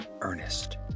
Ernest